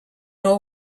know